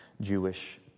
Jewish